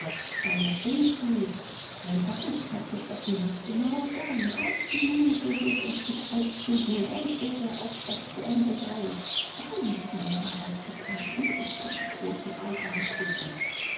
keine unkjis rein gar nichts mehr zu fressen hat genau dann auf die minute wird er zu kreuz kriechen und wird der aufstand zu ende sein dann ist meine arbeit getan und ich kann die große reise antreten